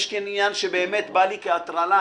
יש עניין שבא לי כהטרלה,